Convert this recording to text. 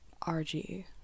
RG